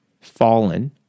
fallen